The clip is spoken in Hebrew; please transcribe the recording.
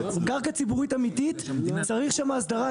קרקע ציבורית אמיתית צריך שם הסדרה.